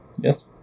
Yes